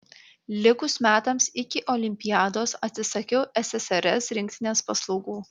likus metams iki olimpiados atsisakiau ssrs rinktinės paslaugų